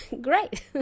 Great